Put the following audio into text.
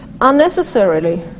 unnecessarily